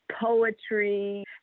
poetry